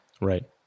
Right